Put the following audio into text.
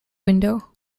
window